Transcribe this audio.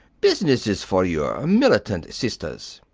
business is for your militant sisters.